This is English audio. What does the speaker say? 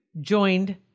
joined